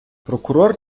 прокурор